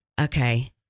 Okay